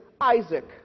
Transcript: Isaac